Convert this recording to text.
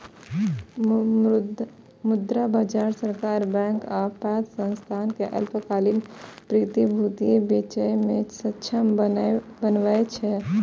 मुद्रा बाजार सरकार, बैंक आ पैघ संस्थान कें अल्पकालिक प्रतिभूति बेचय मे सक्षम बनबै छै